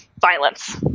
violence